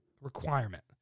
requirement